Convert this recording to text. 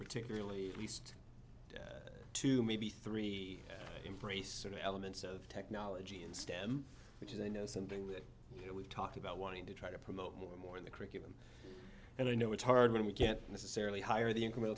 particularly least two maybe three embrace sort of elements of technology in stem which is i know something that you know we've talked about wanting to try to promote more and more in the curriculum and i know it's hard when we can't necessarily hire the incremental